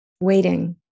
waiting